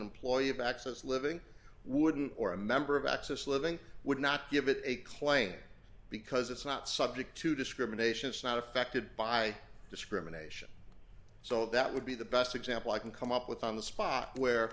employee of access living wouldn't or a member of access living would not give it a claim because it's not subject to discrimination it's not affected by discrimination so that would be the best example i can come up with on the spot where